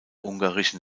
ungarischen